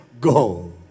go